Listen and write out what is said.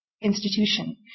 institution